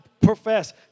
profess